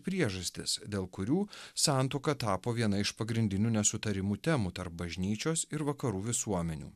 priežastis dėl kurių santuoka tapo viena iš pagrindinių nesutarimų temų tarp bažnyčios ir vakarų visuomenių